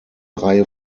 reihe